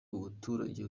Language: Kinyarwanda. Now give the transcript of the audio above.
umuturage